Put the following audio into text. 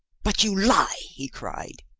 but you lie! he cried.